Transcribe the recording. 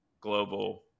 global